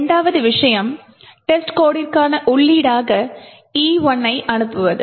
இரண்டாவது விஷயம் டெஸ்ட்கோடிற்கான உள்ளீடாக E1 ஐ அனுப்புவது